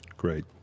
Great